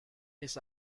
his